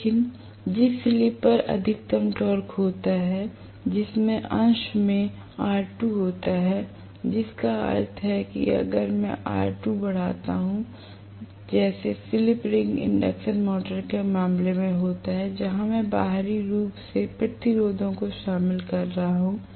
लेकिन जिस स्लिप पर अधिकतम टॉर्क होता है जिसमें अंश में R2 होता है जिसका अर्थ है कि अगर मैं R2 बढ़ाता हूं जैसे स्लिप रिंग इंडक्शन मोटर के मामले में होता है जहां मैं बाहरी रूप से प्रतिरोधों को शामिल कर सकता हूं